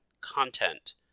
content